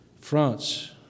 France